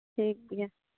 ᱴᱷᱤᱠ ᱜᱮᱭᱟ